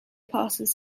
passes